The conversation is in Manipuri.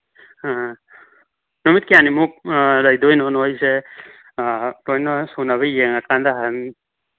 ꯑꯥ ꯅꯨꯃꯤꯠ ꯀꯌꯥꯅꯤꯃꯨꯛ ꯂꯩꯗꯣꯏꯅꯣ ꯅꯣꯏꯁꯦ ꯂꯣꯏꯅ ꯁꯨꯅꯕ ꯌꯦꯡꯉꯀꯥꯟꯗ